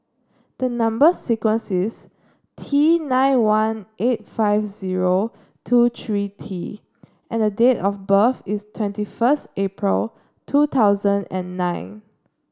the number sequence is T nine one eight five zero two three T and date of birth is twenty first April two thousand and nine